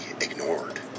ignored